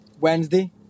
Wednesday